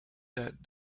that